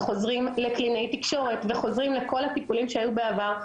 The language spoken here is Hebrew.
חוזרים לקלינאית תקשורת ולכל הטיפולים שהיו בעבר.